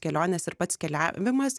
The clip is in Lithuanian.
kelionės ir pats keliavimas